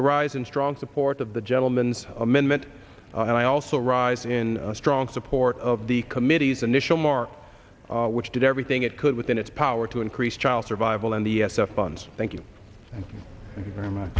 i rise in strong support of the gentlemens amendment and i also rise in a strong support of the committee's initial mark which did everything it could within its power to increase child survival in the cellphones thank you very much